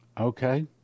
okay